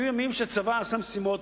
היו ימים שצבא עשה משימות,